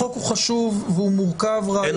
החוק הוא חשוב והוא מורכב רעיונית.